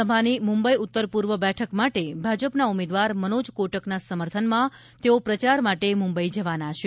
લોકસભાની મુંબઈ ઉત્તરપૂર્વ બેઠક માટે ભાજપના ઉમેદવાર મનોજ કોટકના સમર્થનમાં તેઓ પ્રચાર માટે મુંબઈ જવાના છે